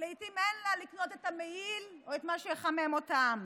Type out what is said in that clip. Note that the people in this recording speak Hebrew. כי לעיתים אין לה לקנות את המעיל או את מה שיחמם אותם.